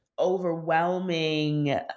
overwhelming